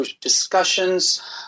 discussions